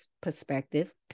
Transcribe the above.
perspective